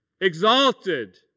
exalted